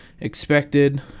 expected